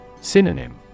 Synonym